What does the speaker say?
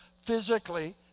physically